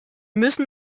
müssen